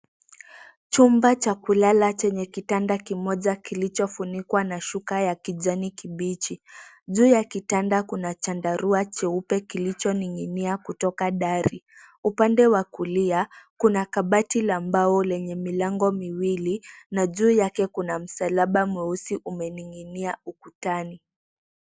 Chumba cha kulala Chenye kitanda moja kilichofunikwa na shuka ya kijani kibichi juu Ya kitanda kina chandarua jeupe kilicho ninginia kutoka dari. Upande wa kulia kuna kabati la mbao lenye milango miwili na ju Yake kuna msalaba mweusi umeninginia ukutani.